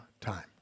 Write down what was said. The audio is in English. time